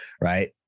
right